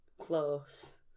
close